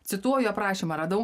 cituoju aprašymą radau